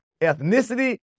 ethnicity